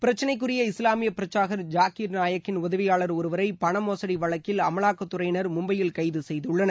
பிரச்சினைக்குரிய இஸ்வாமிய பிரச்சாரகர் ஜாகிர் நாயக் கின் உதவியாளர் ஒருவரை பணமோசடி வழக்கில் அமலாக்கத்துறையினர் மும்பையில் கைது செய்துள்ளனர்